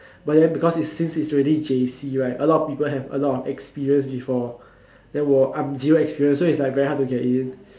but then because since it is already J_C right a lot of people have a lot of experience before then while I'm zero experience so it is very hard to get in